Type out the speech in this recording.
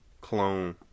clone